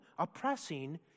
oppressing